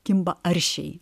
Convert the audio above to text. kimba aršiai